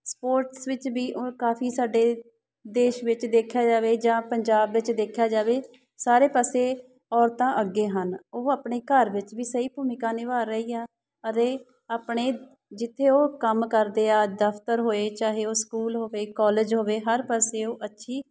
sports ਵਿੱਚ ਵੀ ਉਹ ਕਾਫੀ ਸਾਡੇ ਦੇਸ਼ ਵਿੱਚ ਦੇਖਿਆ ਜਾਵੇ ਜਾਂ ਪੰਜਾਬ ਵਿੱਚ ਦੇਖਿਆ ਜਾਵੇ ਸਾਰੇ ਪਾਸੇ ਔਰਤਾਂ ਅੱਗੇ ਹਨ ਉਹ ਆਪਣੇ ਘਰ ਵਿੱਚ ਵੀ ਸਹੀ ਭੂਮਿਕਾ ਨਿਭਾਅ ਰਹੀ ਆ ਅਤੇ ਆਪਣੇ ਜਿੱਥੇ ਉਹ ਕੰਮ ਕਰਦੇ ਆ ਦਫ਼ਤਰ ਹੋਏ ਚਾਹੇ ਉਹ ਸਕੂਲ ਹੋਵੇ ਕੋਲਜ ਹੋਵੇ ਹਰ ਪਾਸੇ ਉਹ ਅੱਛੀ